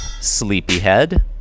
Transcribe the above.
sleepyhead